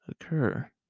occur